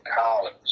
college